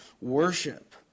worship